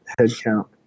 headcount